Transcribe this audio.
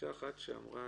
גישה אחת אמרה